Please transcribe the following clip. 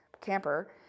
camper